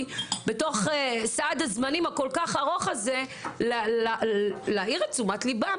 בתוך סד הזמנים הארוך הזה להעיר את תשומת לבם